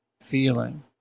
feeling